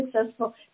successful